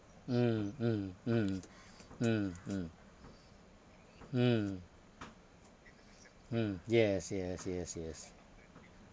mm mm mm mm mm mm mm yes yes yes yes